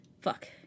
Fuck